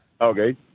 Okay